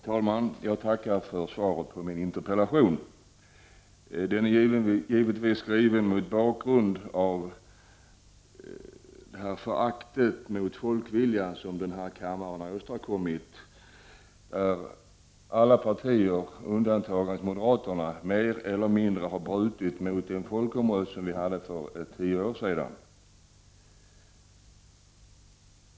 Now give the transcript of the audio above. Herr talman! Jag tackar för svaret på min interpellation. Den är givetvis skriven med tanke på det förakt mot folkviljan som den här kammaren har visat, där alla partier undantaget moderaterna mer eller mindre har brutit mot resultatet av den folkomröstning som vi hade för ungefär tio år sedan.